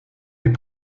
des